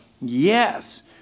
Yes